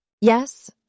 Yes